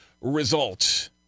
result